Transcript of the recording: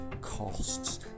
costs